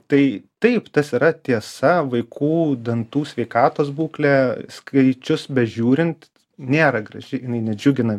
tai taip tas yra tiesa vaikų dantų sveikatos būklė skaičius bežiūrint nėra graži jinai nedžiugina